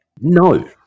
No